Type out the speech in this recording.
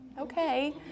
okay